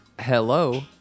hello